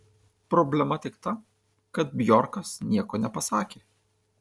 problema tik ta kad bjorkas nieko nepasakė